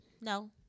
No